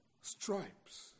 stripes